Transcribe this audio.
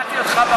שמעתי אותך בבוקר.